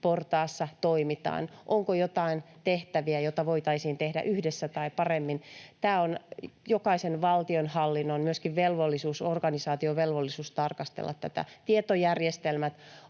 väliportaassa toimitaan, onko jotain tehtäviä, joita voitaisiin tehdä yhdessä tai paremmin. On jokaisen valtionhallinnon organisaation velvollisuus tarkastella tätä. Tietojärjestelmät